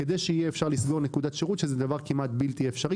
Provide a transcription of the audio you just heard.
כדי שיהיה אפשר לסגור נקודת שירות שזה דבר כמעט בלתי אפשרי